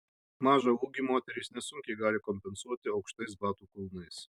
mažą ūgį moterys nesunkiai gali kompensuoti aukštais batų kulnais